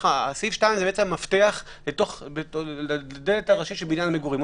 סעיף2 הוא מפתח לדלת הראשית של בניין המגורים.